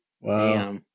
Wow